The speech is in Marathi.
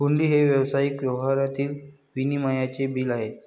हुंडी हे व्यावसायिक व्यवहारातील विनिमयाचे बिल आहे